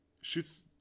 shoots